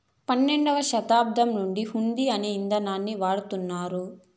పన్నెండవ శతాబ్దం నుండి హుండీ అనే ఇదానాన్ని వాడుతున్నారు